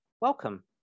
welcome